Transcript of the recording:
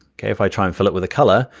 okay? if i try and fill it with a color,